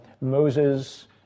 Moses